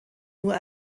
nur